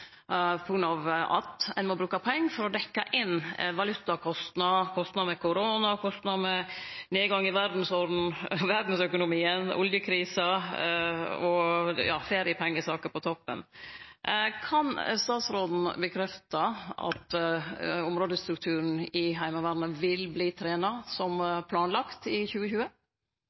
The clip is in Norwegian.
at ein må bruke pengar for å dekkje inn valutakostnader, kostnader med korona, kostnader med nedgang i verdsøkonomien, oljekrisa og feriepengesaker på toppen. Kan statsråden bekrefte at områdestrukturen i Heimevernet vil verte trena som planlagt i 2020?